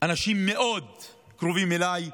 אנשים מאוד קרובים אליי במלחמה,